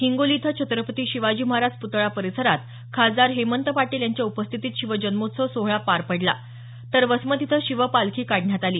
हिंगोली इथं छत्रपती शिवाजी महाराज प्रतळा परिसरात खासदार हेमंत पाटील यांच्या उपस्थितीत शिवजन्मोत्सव सोहळा पार पडला तर वसमत इथं शिवपालखी काढण्यात आली